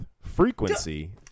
frequency